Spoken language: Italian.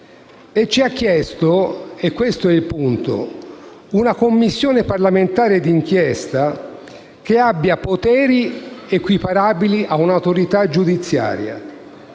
ci ha chiesto - questo è il punto - una Commissione parlamentare d'inchiesta (che ha poteri equiparabili all'autorità giudiziaria)